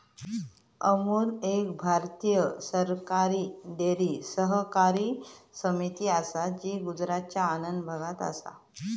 अमूल एक भारतीय सरकारी डेअरी सहकारी समिती असा जी गुजरातच्या आणंद भागात असा